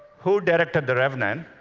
who directed the revenant?